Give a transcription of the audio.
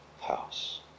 house